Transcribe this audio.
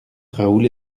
raoul